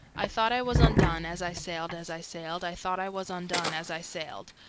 i thought i was undone, as i sailed, as i sailed, i thought i was undone, as i sailed,